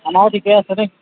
আমাৰো ঠিকে আছে দেই